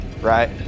right